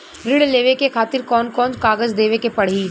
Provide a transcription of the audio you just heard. ऋण लेवे के खातिर कौन कोन कागज देवे के पढ़ही?